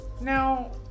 now